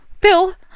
bill